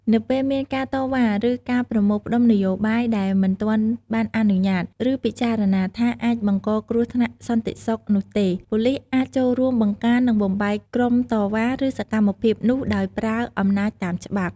នៅពេលមានការតវ៉ា ឬការប្រមូលផ្តុំនយោបាយដែលមិនទាន់បានអនុញ្ញាត ឬពិចារណាថាអាចបង្កគ្រោះថ្នាក់សន្តិសុខនោះទេ ប៉ូលីសអាចចូលរួមបង្ការនិងបំបែកក្រុមតវ៉ា ឬសកម្មភាពនោះដោយប្រើអំណាចតាមច្បាប់។